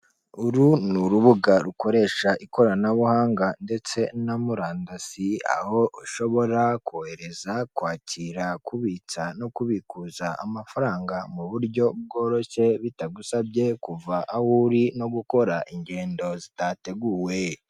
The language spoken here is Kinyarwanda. Uru ni urubuga rukoresha ikoranabuhanga ndetse na murandasi aho ushobora kohereza kwakira kubitsa no kubikuza amafaranga mu buryo bworoshye, bitagusabye kuva aho uri no gukora ingendo zitateguwe.